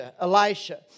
Elisha